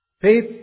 Faith